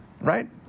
right